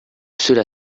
cela